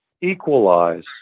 equalize